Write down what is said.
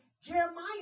jeremiah